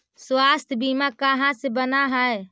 स्वास्थ्य बीमा कहा से बना है?